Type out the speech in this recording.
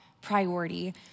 priority